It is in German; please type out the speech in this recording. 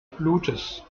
blutes